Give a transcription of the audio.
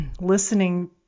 listening